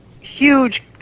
huge